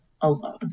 alone